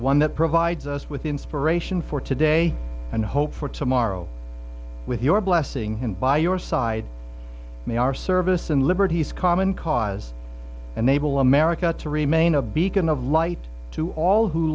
one that provides us with inspiration for today and hope for tomorrow with your blessing and by your side may our service and liberties common cause unable america to remain a beacon of light to all who